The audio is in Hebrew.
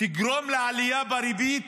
תגרום לעלייה בריבית,